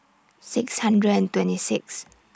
six hundred and twenty Sixth